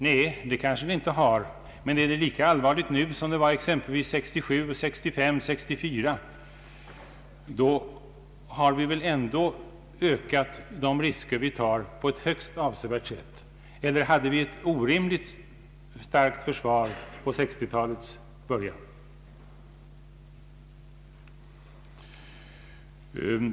Nej, det kanske låter säga sig, men är läget lika allvarligt som det var 1967, 1965 och 1964, har vi väl ändå på ett högst avsevärt sätt ökat de risker vi tar. Eller hade vi ett orimligt starkt försvar på 1960-talets mitt?